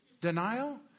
denial